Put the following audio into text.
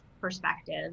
perspective